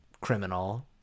criminal